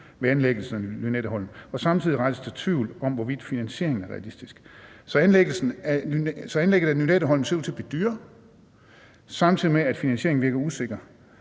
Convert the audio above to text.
ved anlæggelsen af Lynetteholmen, og samtidig rejses der tvivl om, hvorvidt finansieringen er realistisk. Så anlæggelsen af Lynetteholmen ser ud til at blive dyrere, samtidig med at finansieringen virker usikker.